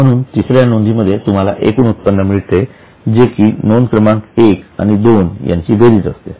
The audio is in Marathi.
म्हणून तिसऱ्या नोंदीमध्ये तुम्हाला एकूण उत्पन्न मिळते जे की नोंद क्रमांक एक आणि दोन यांची बेरीज असते